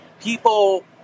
people